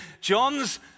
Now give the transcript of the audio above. John's